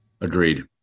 Agreed